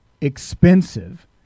expensive